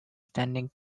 standing